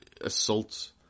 assault